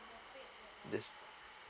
just